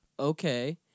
Okay